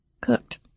cooked